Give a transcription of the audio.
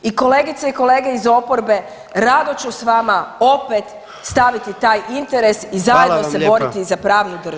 I kolegice i kolege iz oporbe rado ću s vama opet staviti taj interes i zajedno se boriti za pravnu državu.